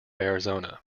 arizona